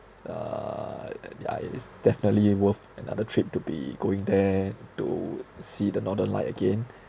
uh yeah it is definitely worth another trip to be going there to see the northern light again